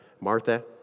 Martha